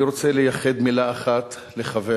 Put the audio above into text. אני רוצה לייחד מלה אחת לחבר